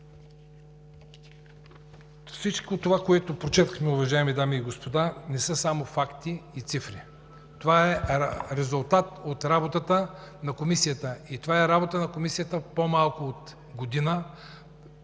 Всичко, което прочетох, уважаеми дами и господа, не са само факти и цифри. Това е резултат от работата на Комисията. И това е работата на Комисията за по-малко от година.